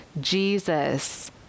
Jesus